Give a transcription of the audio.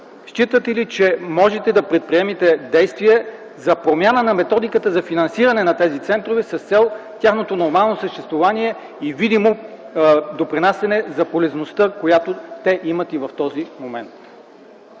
считате ли, че можете да предприемете действия за промяна на методиката за финансиране на тези центрове с цел тяхното нормално съществуване и видимо допринасяне за полезността, която те имат в този момент?